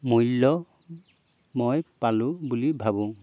মূল্য মই পালোঁ বুলি ভাবোঁ